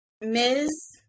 Ms